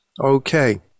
okay